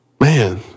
Man